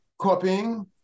copying